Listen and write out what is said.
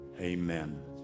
amen